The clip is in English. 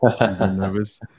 nervous